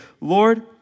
Lord